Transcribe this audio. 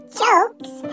jokes